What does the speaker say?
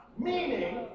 Meaning